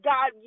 God